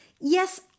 Yes